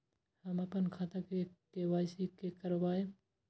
हम अपन खाता के के.वाई.सी के करायब?